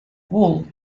wool